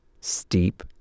steep